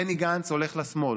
בני גנץ הולך לשמאל,